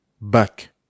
back